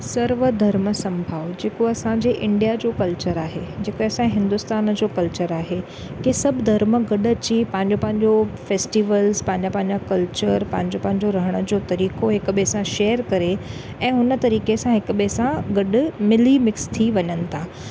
सर्व धर्म संभव जेको असांजे इंडियन जो कल्चर आहे जेके असांजे हिंदुस्तान जो कल्चर आहे की सभु धर्म गॾु अची पंहिंजो पंहिंजो फैस्टिवलस पंहिंजा पंहिंजा कल्चर पंहिंजो पंहिंजो रहण जो तरीक़ो हिक ॿिए सां शेयर करे ऐं हुन तरीक़े सां हिक ॿिए सां गॾु मिली मिक्स थी वञनि था